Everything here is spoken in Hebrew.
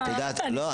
לא,